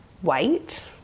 white